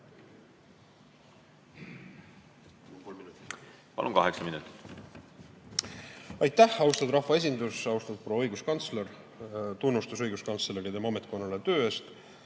Palun, kaheksa minutit.